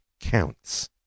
counts